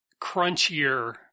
crunchier